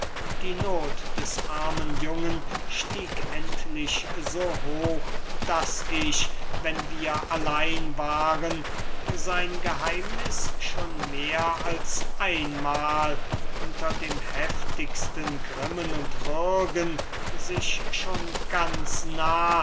die noth des armen jungen stieg endlich so hoch daß ich wenn wir allein waren sein geheimniß schon mehr als einmahl unter dem heftigsten grimmen und würgen sich schon ganz nah